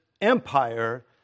empire